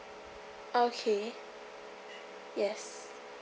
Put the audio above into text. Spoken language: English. okay yes